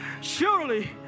Surely